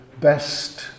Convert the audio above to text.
best